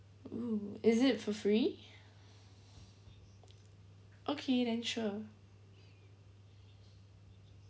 mm is it for free okay then sure